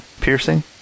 piercing